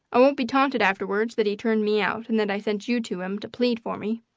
i won't be taunted afterward that he turned me out and that i sent you to him to plead for me.